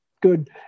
Good